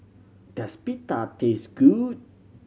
does Pita taste good